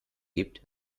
gibt